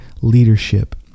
leadership